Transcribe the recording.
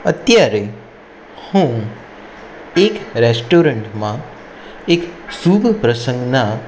અત્યારે હું એક રેસ્ટોરન્ટમાં એક શુભ પ્રસંગના